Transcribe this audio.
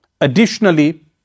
Additionally